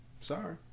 Sorry